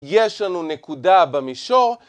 יש לנו נקודה במישור